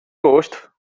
gosto